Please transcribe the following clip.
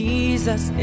Jesus